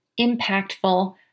impactful